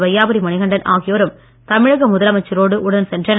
வையாபுரி மணிகண்டன் ஆகியோரும் தமிழக முதலமைச்சரோடு உடன் சென்றனர்